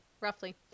roughly